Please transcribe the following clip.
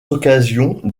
occasions